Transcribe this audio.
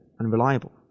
unreliable